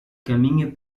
caminha